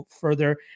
further